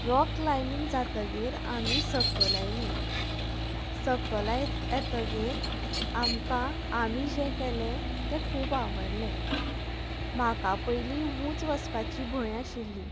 rock climbing जातगीर आमी सकयल आयली सकल येतगीर आमकां आमी जें केलें ते खूब आवडलें म्हाका पयली उंच वसपाची भंय आशिल्ली